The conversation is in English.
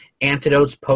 antidotes